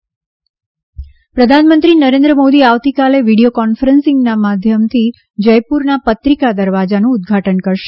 પ્રધાનમંત્રી પત્રિકા ગેટ પ્રધાનમંત્રી નરેન્દ્ર મોદી આવતીકાલે વિડિયો કોન્ફરન્સીંગ માધ્યમથી જયપુરના પત્રિકા દરવાજાનું ઉદ્દઘાટન કરશે